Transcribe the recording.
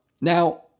now